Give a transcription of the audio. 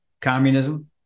communism